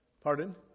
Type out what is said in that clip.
Pardon